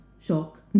shock